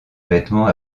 vêtements